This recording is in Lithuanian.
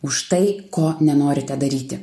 už tai ko nenorite daryti